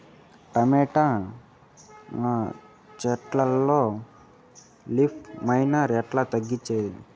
Tomato చెట్లల్లో leaf miner ఎట్లా తగ్గించేది?